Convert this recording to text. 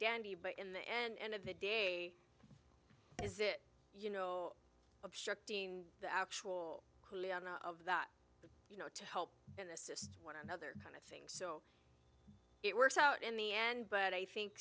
dandy but in the end of the day is it you know obstructing the actual of that you know to help and assist one another kind of thing so it works out in the end but i think